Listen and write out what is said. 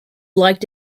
liked